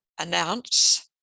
announce